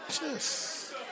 Yes